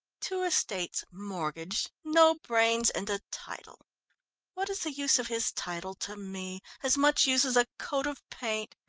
two estates, mortgaged, no brains and a title what is the use of his title to me? as much use as a coat of paint!